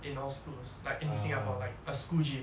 in all schools like in singapore like a school gym